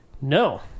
no